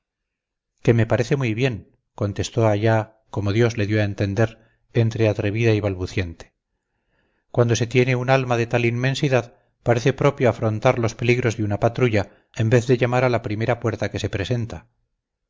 que me parece muy bien contestó allá como dios le dio a entender entre atrevida y balbuciente cuando se tiene un alma de tal inmensidad parece propio afrontar los peligros de una patrulla en vez de llamar a la primera puerta que se presenta